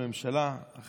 ומה